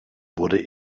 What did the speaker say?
wurde